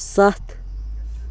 ستھ